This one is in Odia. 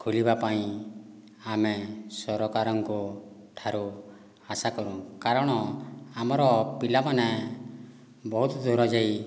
ଖୋଲିବା ପାଇଁ ଆମେ ସରକାରଙ୍କ ଠାରୁ ଆଶାକରୁ କାରଣ ଆମର ପିଲାମାନେ ବହୁତ ଦୂର ଯାଇ